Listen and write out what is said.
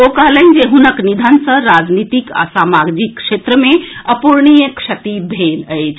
ओ कहलनि जे हुनक निधन सँ राजनीतिक आ सामाजिक क्षेत्र मे अपूरणीय क्षति भेल अछि